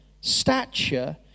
stature